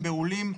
הם בהולים,